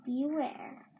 Beware